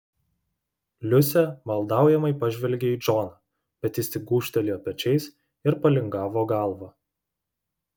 liusė maldaujamai pažvelgė į džoną bet jis tik gūžtelėjo pečiais ir palingavo galvą